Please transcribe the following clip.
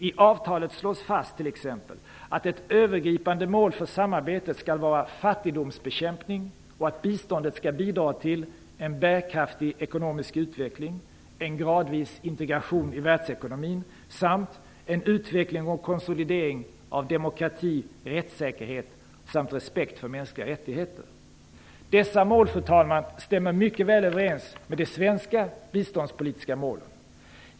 I avtalet slås t.ex. fast att ett övergripande mål för samarbetet skall vara fattigdomsbekämpning och att biståndet skall bidra till: en bärkraftig ekonomisk utveckling, en gradvis integration i världsekonomin, och en utveckling och konsolidering av demokrati, rättssäkerhet samt respekt för mänskliga rättigheter. Fru talman! Dessa mål stämmer mycket väl överens med de svenska biståndspolitiska målen.